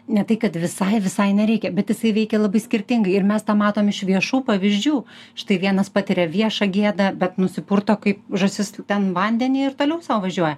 ne tai kad visai visai nereikia bet jisai veikia labai skirtingai ir mes tą matom iš viešų pavyzdžių štai vienas patiria viešą gėdą bet nusipurto kaip žąsis ten vandenį ir toliau sau važiuoja